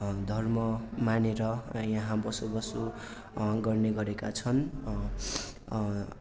धर्म मानेर यहाँ बसोबासो गर्ने गरेका छन्